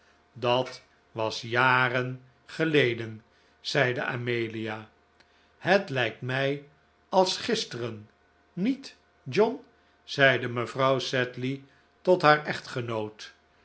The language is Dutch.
dat was jaren geleden zeide amelia het lijkt mij als gisteren niet john zeide mevrouw sedley tot haar echtgenoot